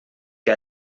que